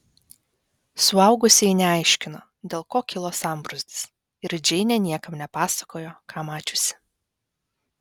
suaugusieji neaiškino dėl ko kilo sambrūzdis ir džeinė niekam nepasakojo ką mačiusi